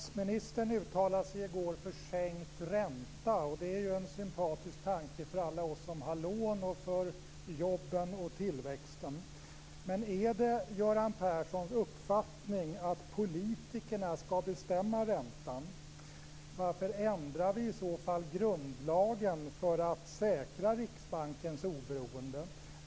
Fru talman! Statsministern uttalade sig i går för sänkt ränta, och det är ju en sympatisk tanke för alla oss som har lån samt för jobben och tillväxten. Men är det Göran Perssons uppfattning att politikerna skall bestämma räntan? Varför ändrade vi i så fall grundlagen för att säkra Riksbankens oberoende?